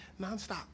Nonstop